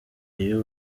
iyo